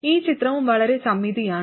ഈ ചിത്രവും വളരെ സമമിതിയാണ്